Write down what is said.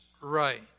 right